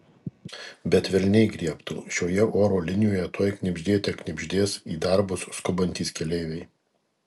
bet velniai griebtų šioje oro linijoje tuoj knibždėte knibždės į darbus skubantys keleiviai